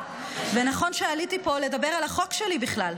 נכון שעליתי לפה לדבר על החוק שלי בכלל,